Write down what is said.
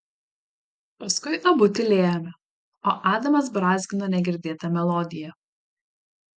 paskui abu tylėjome o adamas brązgino negirdėtą melodiją